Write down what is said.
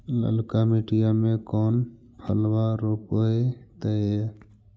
ललका मटीया मे कोन फलबा रोपयतय?